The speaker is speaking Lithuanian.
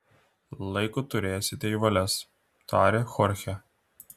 laiko turėsite į valias tarė chorchė